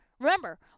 Remember